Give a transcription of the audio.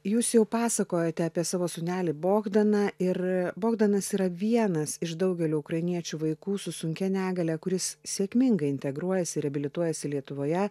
jūs jau pasakojote apie savo sūnelį bogdaną ir bogdanas yra vienas iš daugelių ukrainiečių vaikų su sunkia negalia kuris sėkmingai integruojasi reabilituojasi lietuvoje